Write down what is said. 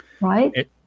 Right